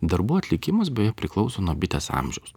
darbų atlikimas beje priklauso nuo bitės amžiaus